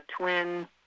Twin